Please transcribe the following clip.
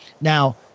Now